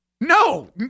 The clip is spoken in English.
No